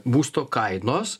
būsto kainos